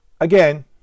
Again